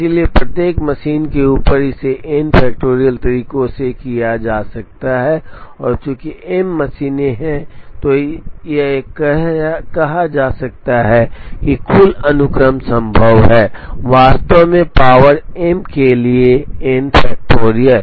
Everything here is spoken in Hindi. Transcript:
इसलिए प्रत्येक मशीन के ऊपर इसे एन फैक्टोरियल तरीकों से किया जा सकता है और चूंकि एम मशीनें हैं इसलिए यह किया जा सकता है कुल अनुक्रम संभव है वास्तव में पावर एम के लिए एन फैक्टोरियल